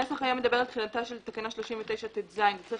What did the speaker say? הנוסח של התקנה מדבר על תחילתה של תקנה 39טז. זה צריך